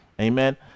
Amen